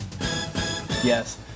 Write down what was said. Yes